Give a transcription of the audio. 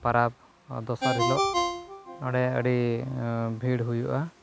ᱯᱟᱨᱟᱵᱽ ᱫᱚᱥᱟᱨ ᱦᱤᱞᱳᱜ ᱱᱚᱸᱰᱮ ᱟᱹᱰᱤ ᱵᱷᱤᱲ ᱦᱩᱭᱩᱜᱼᱟ